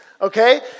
Okay